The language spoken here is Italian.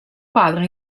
padre